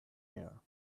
air